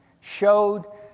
showed